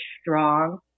strong